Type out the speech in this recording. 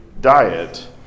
diet